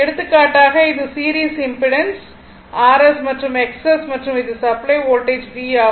எடுத்துக்காட்டாக இது series impedance rs மற்றும் XS மற்றும் இது சப்ளை வோல்டேஜ் V ஆகும்